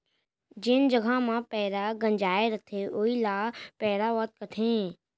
जेन जघा म पैंरा गंजाय रथे वोइ ल पैरावट कथें